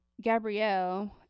gabrielle